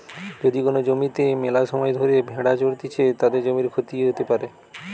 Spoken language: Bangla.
যদি কোন জমিতে মেলাসময় ধরে ভেড়া চরতিছে, তাতে জমির ক্ষতি হতে পারে